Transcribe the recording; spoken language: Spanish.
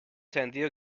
sentido